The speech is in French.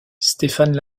stéphane